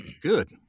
Good